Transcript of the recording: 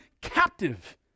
captive